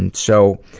and so,